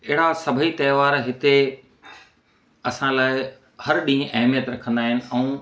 अहिड़ा सभेई त्योहार हिते असां लाइ हर ॾींहुं अहमियत रखंदा आहिनि ऐं